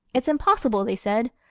it's impossible, they said.